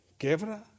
quebra